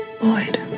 Lloyd